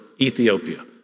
ethiopia